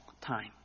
time